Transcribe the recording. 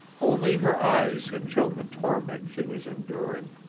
only her eyes had shown the torment she was enduring.